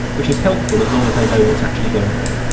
which is helpful, as long as they know what's actually going on.